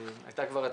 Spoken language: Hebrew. הייתה כבר הצבעה,